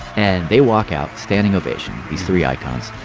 and they walk out standing ovation these three icons.